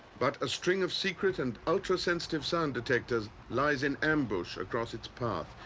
but a string of secret and ultrasensitive sound detectors lies in ambush across its path,